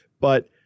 But-